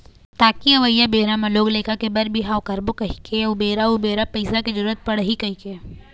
ताकि अवइया बेरा म लोग लइका के बर बिहाव करबो कहिके अउ बेरा उबेरा पइसा के जरुरत पड़ही कहिके